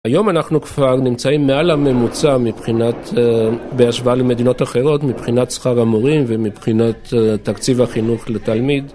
היום אנחנו כבר נמצאים מעל הממוצע מבחינת, בהשוואה למדינות אחרות, מבחינת שכר המורים ומבחינת תקציב החינוך לתלמיד